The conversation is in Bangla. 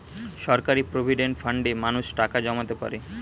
সরকারি প্রভিডেন্ট ফান্ডে মানুষ টাকা জমাতে পারে